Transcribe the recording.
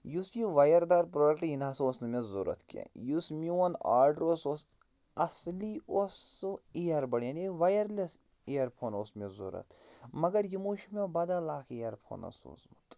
یُس یہِ وایردار پرٛوڈَکٹہٕ یہِ نَہ سا اوس نہٕ مےٚ ضروٗرت کیٚنٛہہ یُس میٛون آرڈَر اوس سُہ اوس اَصلی اوس سُہ اَِیربڈ یعنی وایرلیٚس اِیرفون اوس مےٚ ضروٗرت مگر یِمو چھُ مےٚ بدل اَکھ اِیر فونَا سوٗزمُت